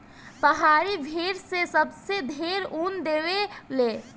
पहाड़ी भेड़ से सबसे ढेर ऊन देवे ले